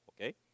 okay